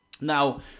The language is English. Now